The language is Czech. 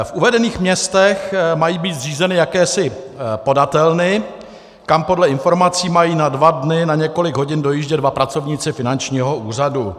V uvedených městech mají být zřízeny jakési podatelny, kam podle informací mají na dva dny, na několik hodin, dojíždět dva pracovníci finančního úřadu.